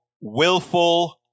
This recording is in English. willful